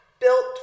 built